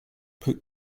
put